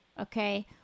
okay